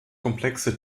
komplexe